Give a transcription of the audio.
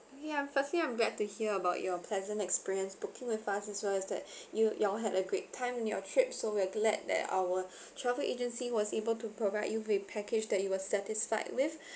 !hey! um firstly I'm glad to hear about your pleasant experience booking with us as well as that you you all had a great time on your trip so we're glad that our travel agency was able to provide you with package that you were satisfied with